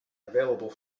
available